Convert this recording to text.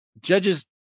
Judges